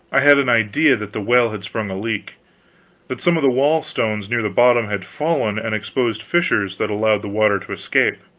i had an idea that the well had sprung a leak that some of the wall stones near the bottom had fallen and exposed fissures that allowed the water to escape.